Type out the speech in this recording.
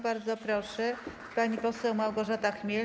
Bardzo proszę, pani poseł Małgorzata Chmiel.